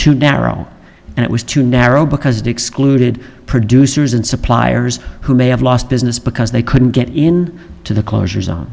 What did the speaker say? too narrow and it was too narrow because it excluded producers and suppliers who may have lost business because they couldn't get in to the closure zone